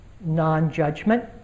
non-judgment